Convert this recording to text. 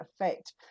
effect